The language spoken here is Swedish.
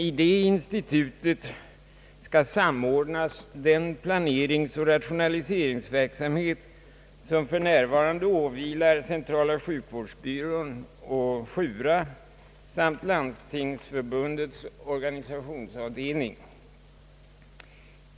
I detta institut skall samordnas den planeringsoch rationaliseringsverksamhet som för närvarande åvilar centrala sjukvårdsberedningen och SJURA samt Svenska landstingsförbundens organisationsavdelning.